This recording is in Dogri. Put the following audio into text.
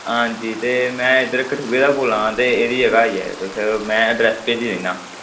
हांजी ते मैं इद्धर कठुए दा बोल्ला ना ते एह्ड़ी जगह आई जायो तुस मैं एड्रेस भेज्जी दिन्ना